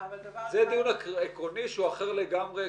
זה דיון עקרוני שהוא אחר לגמרי.